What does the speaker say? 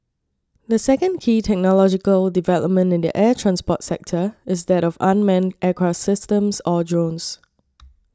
the second key technological development in the air transport sector is that of unmanned aircraft systems or drones